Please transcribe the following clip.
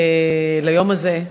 ביום הזה.